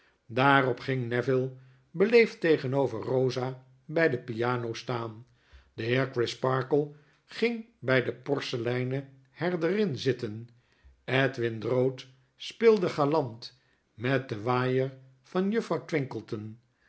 daarop ging neville beleefd tegenover rosa by de piano staan de heer crisparkle ging bjj de porseleinen herderin zitten edwin drood speelde galant met den waaier van juffrouw twinkleton